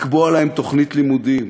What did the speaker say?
לקבוע להם תוכנית לימודים,